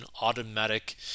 automatic